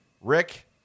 Rick